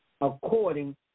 According